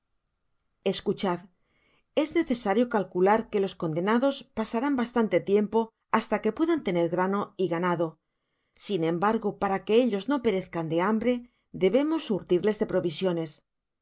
escachad es necesario calcular que los condenados pasarán bastante tiempo basta que puedan tener grano y ganado sin embargo para que ellos no perezcan de hambre debemos surtirles de provisiones